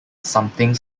something